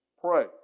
pray